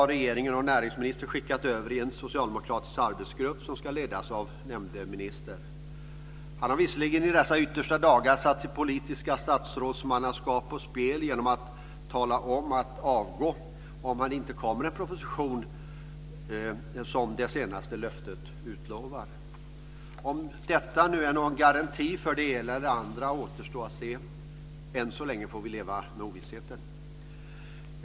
Regeringen och näringsministern har skickat över hela komplexet till en socialdemokratisk arbetsgrupp som ska ledas av nämnde minister. Han har visserligen i dessa yttersta dagar satt sitt politiska statsrådsmannaskap på spel genom att tala om att avgå om det inte kommer en proposition i enlighet med det senaste löftet. Om detta nu är någon garanti för det ena eller det andra återstår att se. Än så länge får vi leva med ovissheten.